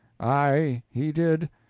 aye, he did.